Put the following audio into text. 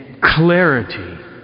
clarity